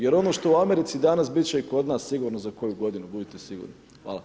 Jer ono što u Americi danas bit će i kod nas sigurno za koju godinu, budite sigurni.